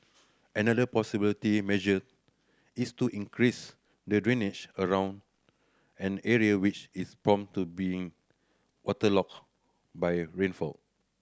another possibility measure is to increase the drainage around an area which is prone to being waterlogged by rainfall